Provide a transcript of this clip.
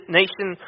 nation